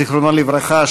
זיכרונו לברכה,